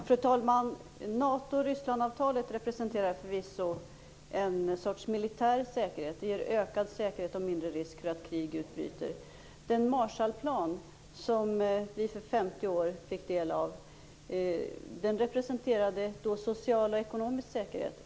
Fru talman! NATO-Ryssland-avtalet representerar förvisso en sorts militär säkerhet. Det ger ökad säkerhet och mindre risk för att krig utbryter. Den Marshallplan som vi för 50 år sedan fick del av representerade social och ekonomisk säkerhet.